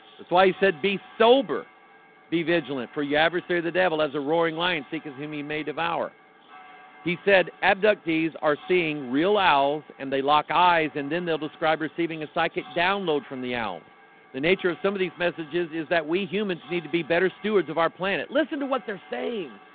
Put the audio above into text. that's why he said be sober be vigilant for your adversary the devil as a roaring lion seeking whom he may devour he said abductees are seeing real owls and they lock eyes and then they'll describe receiving a psychic download from the owls the nature of some of these messages is that we humans need to be better stewards of our planet. listen to what they're saying